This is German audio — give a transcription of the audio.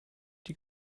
die